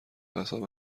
قسم